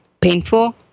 painful